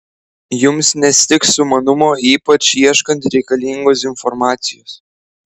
jums nestigs sumanumo ypač ieškant reikalingos informacijos